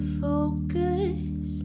focus